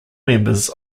members